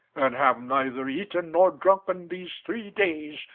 and have neither eaten nor drunken these three days,